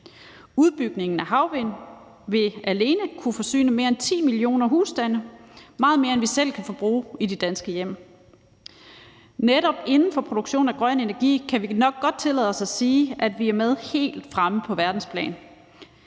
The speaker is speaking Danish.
Udbygningen af havvind vil alene kunne forsyne mere end 10 millioner husstande, hvilket er meget mere, end vi selv kan forbruge i de danske hjem. Netop inden for produktion af grøn energi kan vi nok godt tillade os at sige, at vi er med helt fremme på verdensplan,